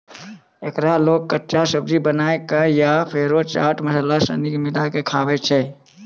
एकरा लोग कच्चा, सब्जी बनाए कय या फेरो चाट मसाला सनी मिलाकय खाबै छै